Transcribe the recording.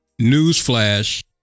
newsflash